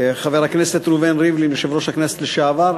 חבר הכנסת ראובן ריבלין, יושב-ראש הכנסת לשעבר,